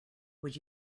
would